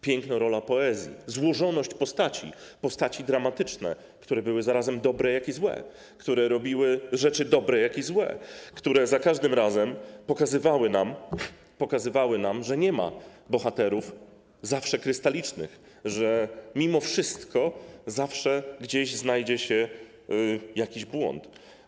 Piękna rola poezji, złożoność postaci, postaci dramatyczne, które były zarazem dobre, jak i złe, które robiły rzeczy dobre, jak i złe, które za każdym razem pokazywały nam, że nie ma bohaterów zawsze krystalicznych, że mimo wszystko zawsze gdzieś znajdzie się jakiś błąd.